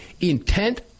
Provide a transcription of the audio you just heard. intent